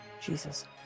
Jesus